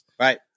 Right